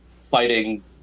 fighting